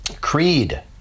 Creed